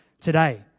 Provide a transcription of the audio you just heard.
today